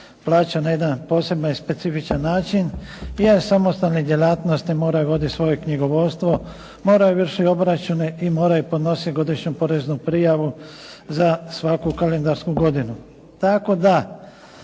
plaćao na jedan poseban i specifičan način i od samostalnih djelatnosti moraju voditi svoje knjigovodstvo, moraju vršiti obračune i moraju podnositi godišnju poreznu prijavu za svaku kalendarsku godinu. Tako da